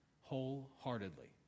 wholeheartedly